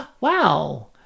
wow